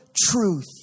truth